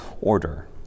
order